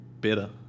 better